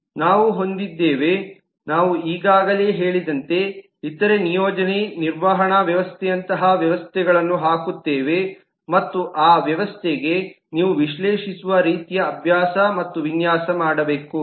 ನಾವು ಹೊಂದಿದ್ದೇವೆ ನಾವು ಈಗಾಗಲೇ ಹೇಳಿದಂತೆ ಇತರ ನಿಯೋಜನೆ ನಿರ್ವಹಣಾ ವ್ಯವಸ್ಥೆಯಂತಹ ವ್ಯವಸ್ಥೆಗಳನ್ನು ಹಾಕುತ್ತೇವೆ ಮತ್ತು ಆ ವ್ಯವಸ್ಥೆಗೆ ನೀವು ವಿಶ್ಲೇಷಿಸುವ ರೀತಿಯ ಅಭ್ಯಾಸ ಮತ್ತು ವಿನ್ಯಾಸ ಮಾಡಬೇಕು